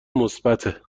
مثبته